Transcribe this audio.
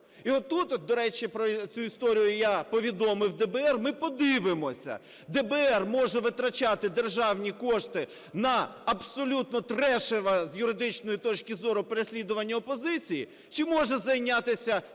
от, до речі, про цю історію я повідомив ДБР, ми подивимося: ДБР може витрачати державні кошти на абсолютно трешеве, з юридичної точки зору, переслідування опозиції чи може зайнятися чесним